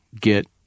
get